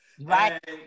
right